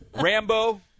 Rambo